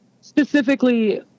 specifically